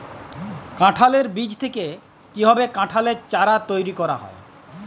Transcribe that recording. কাঁঠালের বীজ থেকে কীভাবে কাঁঠালের চারা তৈরি করা হয়?